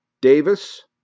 Davis